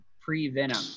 pre-Venom